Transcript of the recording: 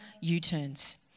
U-turns